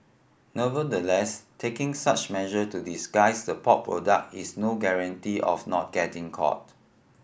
nevertheless taking such measure to disguise the pork product is no guarantee of not getting caught